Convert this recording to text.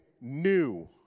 new